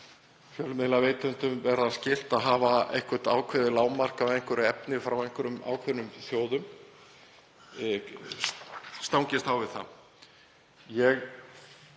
fjölmiðlaveitum verða skylt að hafa eitthvert ákveðið lágmark á einhverju efni frá einhverjum ákveðnum þjóðum, stangist á við það.